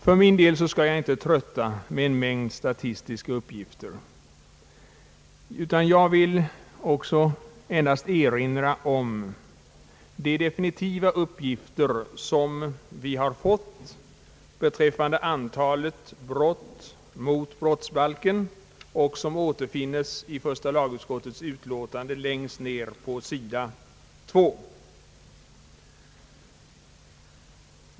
För min del skall jag inte trötta med en mängd statistiska uppgifter, utan jag vill endast erinra om de definitiva uppgifter som vi har fått beträffande antalet brott mot brottsbalken och som återfinns i första lagutskottets utlåtande längst ned på sidan 2.